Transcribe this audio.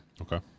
Okay